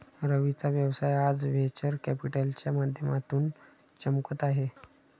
रवीचा व्यवसाय आज व्हेंचर कॅपिटलच्या माध्यमातून चमकत आहे